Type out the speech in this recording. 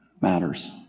matters